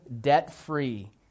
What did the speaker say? debt-free